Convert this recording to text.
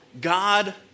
God